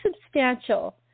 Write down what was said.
substantial